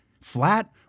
Flat